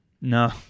No